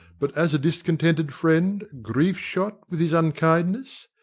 but as a discontented friend, grief-shot with his unkindness?